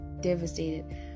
devastated